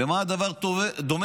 למה הדבר דומה?